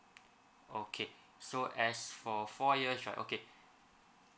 okay so as for four years right okay